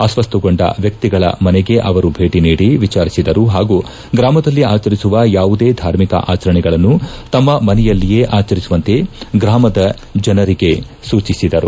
ಅಸ್ವಸ್ಟಗೊಂಡ ವ್ಹಿತ್ರಗಳ ಮನೆಗೆ ಅವರು ಭೇಟ ನೀಡಿ ವಿಚಾರಿಸಿದರು ಹಾಗೂ ಗ್ರಾಮದಲ್ಲಿ ಆಚರಿಸುವ ಯಾವುದೇ ಧಾರ್ಮಿಕ ಆಚರಣೆಗಳನ್ನು ತಮ್ಮ ಮನೆಯಲ್ಲಿಯೇ ಆಚರಿಸುವಂತೆ ಗ್ರಾಮದ ಜನರಿಗೆ ಸೂಚಿಸಿದರು